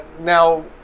Now